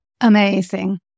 Amazing